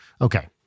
Okay